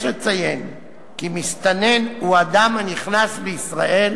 יש לציין כי מסתנן הוא אדם הנכנס לישראל,